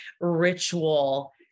ritual